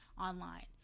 online